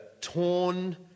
torn